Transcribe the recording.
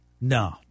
No